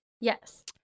Yes